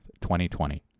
2020